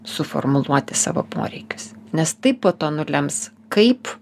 suformuluoti savo poreikius nes tai po to nulems kaip